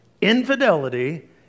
infidelity